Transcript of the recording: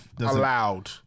allowed